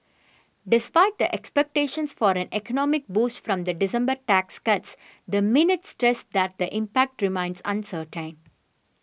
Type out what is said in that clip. despite the expectations for an economic boost from the December tax cuts the minutes stressed that the impact remains uncertain